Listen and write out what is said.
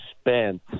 spent